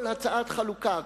כל הצעת חלוקה,